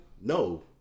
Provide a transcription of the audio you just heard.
No